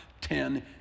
ten